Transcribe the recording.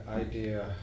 idea